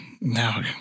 now